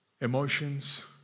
emotions